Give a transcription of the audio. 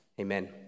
amen